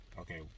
okay